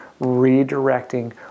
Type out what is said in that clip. redirecting